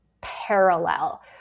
parallel